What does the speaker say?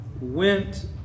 went